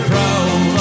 Proud